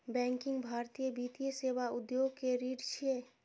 banking भारतीय वित्तीय सेवा उद्योग के रीढ़ छियै